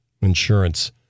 Insurance